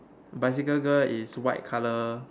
bicycle girl is white colour